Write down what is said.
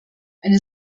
eine